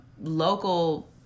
local